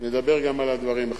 נדבר גם על דברים אחרים.